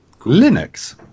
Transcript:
Linux